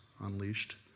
unleashed